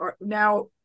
now